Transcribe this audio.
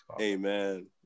Amen